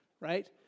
right